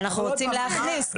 אבל אנחנו רוצים להכניס.